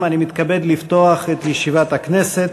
ירושלים, הכנסת,